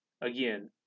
again